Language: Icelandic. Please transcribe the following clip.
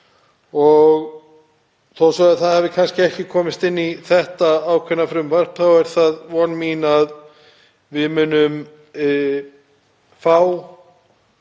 Og þó svo að það hafi ekki komist inn í þetta ákveðna frumvarp er það von mín að við fáum